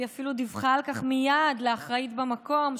היא אפילו דיווחה על כך מייד לאחראית במקום,